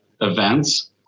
events